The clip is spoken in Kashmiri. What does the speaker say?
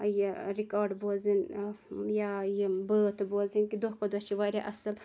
یہِ رِکاڈ بوزٕنۍ یا یم بٲتھ بوزٕنۍ کہ دۄہ کھۄتہٕ دۄہ چھِ واریاہ اصٕل